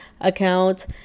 account